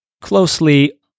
closely